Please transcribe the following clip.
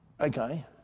Okay